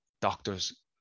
doctors